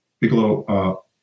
Bigelow